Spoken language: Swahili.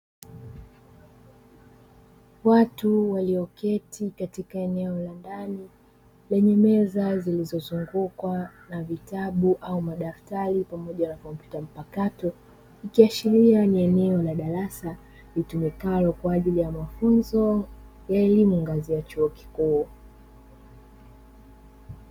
Watu walioketi katika eneo la ndani lenye meza zilizozungukwa na vitabu au madaftari pamoja na kompyuta mpakato, ikiashiria ni eneo la darasa tumekalo kwa ajili ya mafunzo ya elimu ngazi ya chuo kikuu.